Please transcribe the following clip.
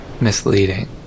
misleading